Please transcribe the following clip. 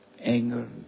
anger